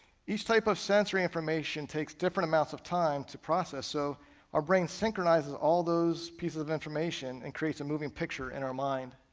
each type of sensory information takes different amounts of time to process, so our brain synchronizes all those pieces of information, and creates a moving picture in our mind.